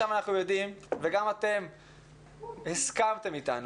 אנחנו יודעים וגם אתם הסכמתם אתנו,